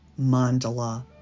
mandala